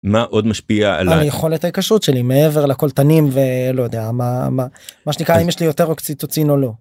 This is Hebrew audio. מה עוד משפיע על היכולת הקשות שלי מעבר לקולטנים ולא יודע מה מה מה שנקרא אם יש לי יותר אוקציטוצין או לא.